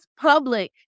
public